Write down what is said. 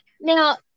Now